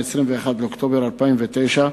21 באוקטובר 2009,